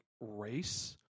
race